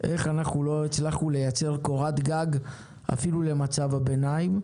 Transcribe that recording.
איך אנחנו לא הצלחנו לייצר קורת גג אפילו למצב הביניים,